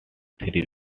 three